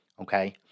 okay